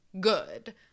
good